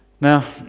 now